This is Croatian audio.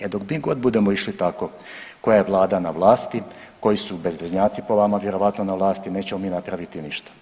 E dok mi god budemo išli tako, koja je vlada na vlasti, koji su bezveznjaci po vama vjerojatno na vlasti nećemo mi napraviti ništa.